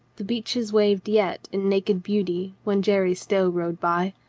the beeches waved yet in naked beauty when jerry stow rode by.